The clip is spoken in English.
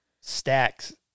Stacks